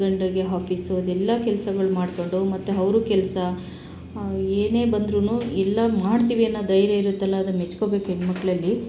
ಗಂಡನಿಗೆ ಹಾಫೀಸೂ ಅದೆಲ್ಲ ಕೆಲ್ಸಗಳು ಮಾಡಿಕೊಂಡು ಮತ್ತು ಅವ್ರೂ ಕೆಲಸ ಏನೇ ಬಂದ್ರು ಎಲ್ಲ ಮಾಡ್ತೀವಿ ಅನ್ನೋ ಧೈರ್ಯ ಇರುತ್ತಲ್ಲ ಅದನ್ನು ಮೆಚ್ಚಿಕೋಬೇಕು ಹೆಣ್ಣುಮಕ್ಳಲ್ಲಿ